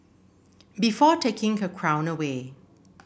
before taking her crown away